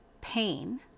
pain